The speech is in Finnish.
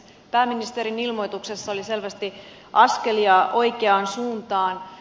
pääministerin ilmoituksessa oli selvästi askelia oikeaan suuntaan